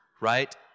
right